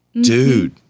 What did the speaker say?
Dude